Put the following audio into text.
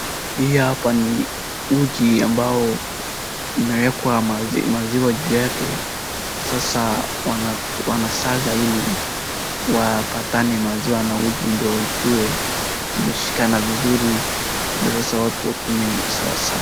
Hii hapa ni uji ambao imewekwa maziwa juu yake. Sasa wanasaga ili wapatene maziwa na uji ndiyo ikuwe zimeshikana vizuri ndiyo sasa watu wakunywe sawasawa.